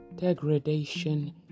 degradation